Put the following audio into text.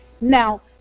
Now